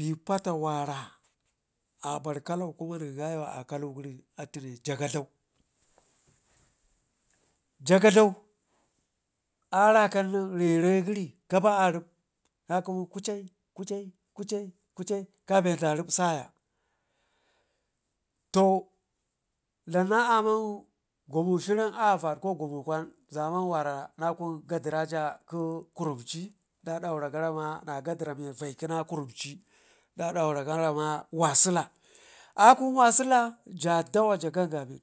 Ɓe pata wara abar kalau kuma nen gayuwa a kalu gəri atune ja gadlau, jagadlau a rakannen rere gəri a rib ka kəmu kucai kucai kucai kabe da rib saya to dlam na amman gumushirin ayawo vad ko gumu kwan zaman wara na kun gaderaja kə kurumci da daura gara ma masula akun wasula ja dawa ja gangamin